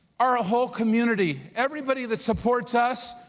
our ah whole community, everybody that supports us.